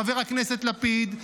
חבר הכנסת לפיד,